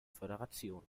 föderation